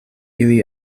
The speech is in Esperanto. ili